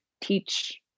teach